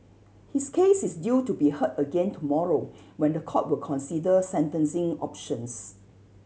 his case is due to be heard again tomorrow when the court will consider sentencing options